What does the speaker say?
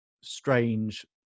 strange